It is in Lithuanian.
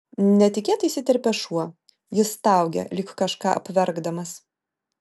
netikėtai įsiterpia šuo jis staugia lyg kažką apverkdamas